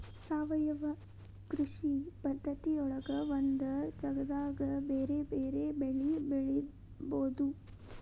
ಸಾವಯವ ಕೃಷಿ ಪದ್ಧತಿಯೊಳಗ ಒಂದ ಜಗದಾಗ ಬೇರೆ ಬೇರೆ ಬೆಳಿ ಬೆಳಿಬೊದು